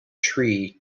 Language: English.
tree